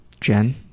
Jen